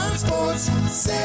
-sports